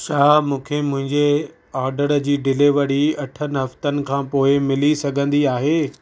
छा मूंखे मुंहिंजे ऑडड़ जी डिलीवड़ी अठ हफ़्तनि खां पोइ मिली सघंदी आहे